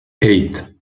eight